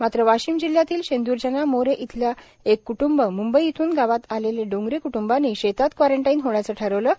मात्र वाशिम जिल्ह्यातील शेंदुर्जना मोरे येथील एक क्ट्ंब म्ंबई येथून गावात आलेले डोंगरे क्ट्ंबांनी शेतात कॉरोंटाईन होण्याचं ठरविलं आहे